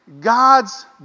God's